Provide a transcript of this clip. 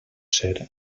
ser